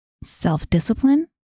self-discipline